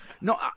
No